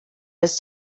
his